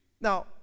now